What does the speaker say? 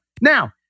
Now